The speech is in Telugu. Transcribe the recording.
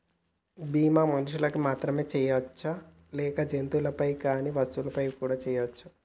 బీమా మనుషులకు మాత్రమే చెయ్యవచ్చా లేక జంతువులపై కానీ వస్తువులపై కూడా చేయ వచ్చా?